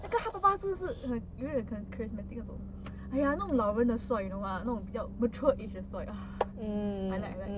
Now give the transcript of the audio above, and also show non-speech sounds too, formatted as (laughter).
那个他爸爸是不是很有一点很 charismatic 那种 !aiya! 这种老人的帅 you know lah 那种 matured is the 帅 (noise) I like I like